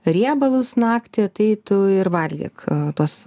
riebalus naktį tai tu ir valgyk tuos